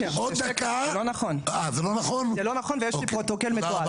זה לא נכון ויש לי פרוטוקול מתועד.